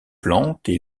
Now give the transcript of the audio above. plantes